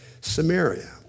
Samaria